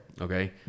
okay